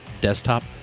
desktop